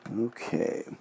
okay